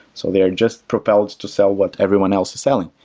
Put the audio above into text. so they are just propelled to sell what everyone else is selling.